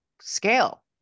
scale